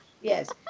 Yes